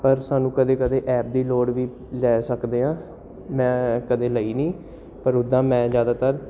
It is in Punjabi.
ਪਰ ਸਾਨੂੰ ਕਦੇ ਕਦੇ ਐਪ ਦੀ ਲੋੜ ਵੀ ਲੈ ਸਕਦੇ ਹਾਂ ਮੈਂ ਕਦੇ ਲਈ ਨਹੀਂ ਪਰ ਓਦਾਂ ਮੈਂ ਜ਼ਿਆਦਾਤਰ